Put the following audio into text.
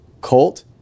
Colt